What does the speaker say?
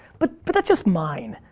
but but that's just mine.